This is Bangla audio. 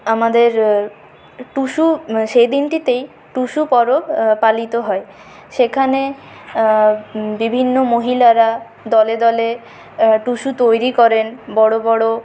আমাদের টুসু সেই দিনটিতেই টুসু পরব পালিত হয় সেখানে বিভিন্ন মহিলারা দলে দলে টুসু তৈরি করেন বড় বড়